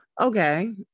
Okay